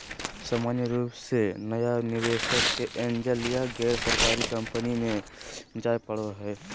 सामान्य रूप से नया निवेशक के एंजल या गैरसरकारी कम्पनी मे जाय पड़ो हय